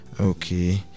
okay